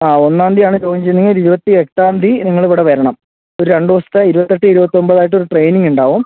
ആ ഒന്നാം തീയ്യതി ആണ് ജോയിൻ ചെയ്യുന്നത് എങ്കിൽ ഒരു ഇരുപത്തി എട്ടാം തീയ്യതി നിങ്ങൾ ഇവിടെ വരണം ഒരു രണ്ട് ദിവസത്തെ ഇരുപത്തെട്ട് ഇരുപത്തൊമ്പത് ആയിട്ട് ഒര് ട്രെയിനിംഗ് ഉണ്ടാവും